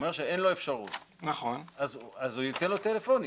הוא אומר שאין לו אפשרות, אז הוא ייתן לו טלפונית.